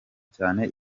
cyane